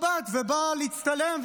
הוא מבחינתו שומר שבת ובא להצטלם ולהגיד